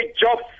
jobs